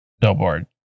billboard